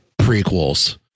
prequels